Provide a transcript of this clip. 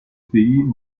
pays